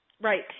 Right